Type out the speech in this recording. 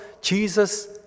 Jesus